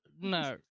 No